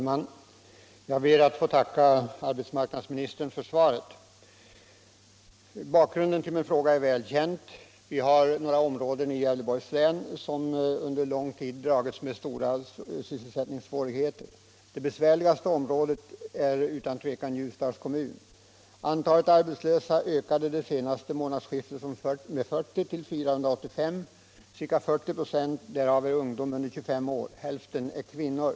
Herr talman! Jag ber att få tacka arbetsmarknadsministern för svaret. Bakgrunden till min fråga är väl känd. Vi har några områden av Gävleborgs län som under lång tid har dragits med stora svårigheter. Det besvärligaste området är utan tvivel Ljusdals kommun. Där hade antalet arbetslösa vid senaste årsskifte ökat med 40 till 485 personer. Av dem är ca 40 96 ungdom under 25 år, och hälften är kvinnor.